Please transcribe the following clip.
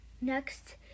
next